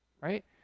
right